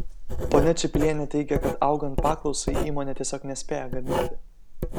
ponia čiplienė teigia kad augant paklausai įmonė tiesiog nespėja gaminti